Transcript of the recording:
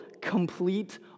complete